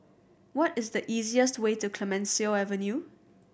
what is the easiest way to Clemenceau Avenue